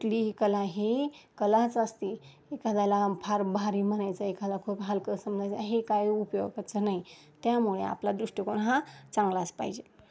कुठलीही कला ही कलाच असती एखाद्याला फार भारी म्हणायचं एखादा खूप हलकं समजायचं हे काय उपयोगाचं नाही त्यामुळे आपला दृष्टिकोण हा चांगलाच पाहिजे